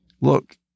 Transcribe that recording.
Look